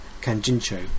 Kanjincho